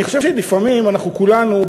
אני חושב שלפעמים כולנו,